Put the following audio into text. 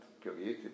created